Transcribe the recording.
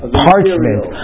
parchment